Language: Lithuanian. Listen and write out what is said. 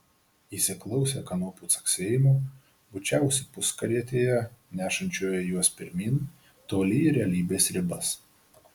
įsiklausę kanopų caksėjimo bučiavosi puskarietėje nešančioje juos pirmyn toli į realybės ribas